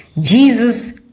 Jesus